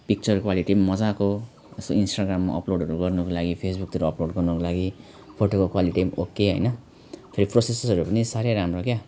picture quality पनि मजाको जस्तो इन्स्टाग्रामहरू अपलोडहरू गर्नुको लागि फेसबुकतिर अपलोड गर्नुको लागि फोटोको क्वालिटी पनि ओके हैन फेरि प्रोसेसरहरू पनि साह्रै राम्रो क्या